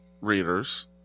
readers